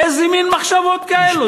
איזה מין מחשבות אלו.